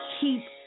keep